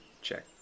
check